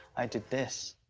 i did this.